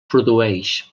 produeix